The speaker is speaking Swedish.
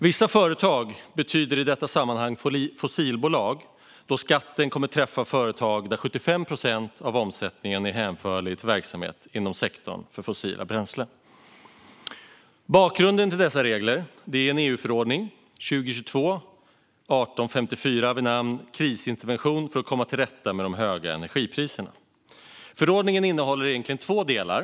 Vissa företag betyder i detta sammanhang fossilbolag, eftersom skatten kommer att träffa företag där 75 procent av omsättningen är hänförlig till verksamhet inom sektorn för fossila bränslen. Bakgrunden till dessa regler är en EU-förordning, 2022/1854, om en krisintervention för att komma till rätta med de höga energipriserna. Förordningen innehåller egentligen två delar.